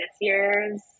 year's